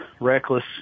reckless